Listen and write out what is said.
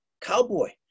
cowboy